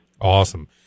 Awesome